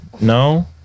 No